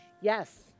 Yes